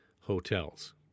hotels